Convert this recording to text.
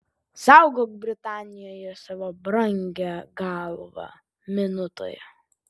saugok britanijoje savo brangią galvą minutai